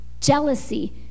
jealousy